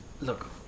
Look